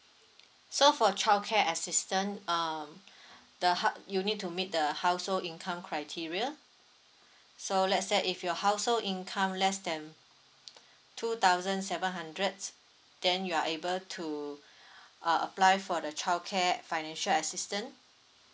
so for childcare assistance um the ha~ you need to meet the household income criteria so let's say if your household income less than two thousand seven hundreds then you're able to uh apply for the childcare financial assistance